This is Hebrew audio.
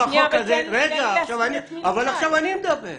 אבל עכשיו אני מדבר.